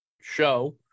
show